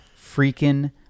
freaking